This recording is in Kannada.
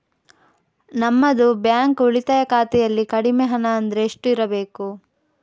ನಮ್ಮದು ಬ್ಯಾಂಕ್ ಉಳಿತಾಯ ಖಾತೆಯಲ್ಲಿ ಕಡಿಮೆ ಹಣ ಅಂದ್ರೆ ಎಷ್ಟು ಇರಬೇಕು?